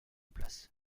place